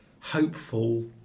hopeful